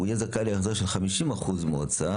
הוא יהיה זכאי להחזר של 50% מההוצאה,